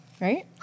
right